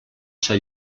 seu